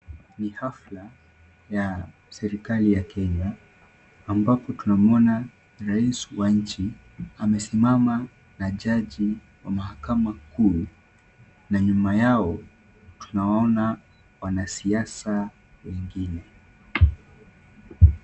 Ni hafla ya serikali ya kenya, ambapo tunamwona rais wa nchi amesimama na jaji wa mahakama kuu na nyuma yao tunaona wanasiasa wengine.